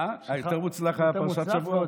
היותר-מוצלח היה פרשת שבוע?